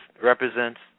represents